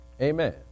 Amen